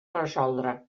resoldre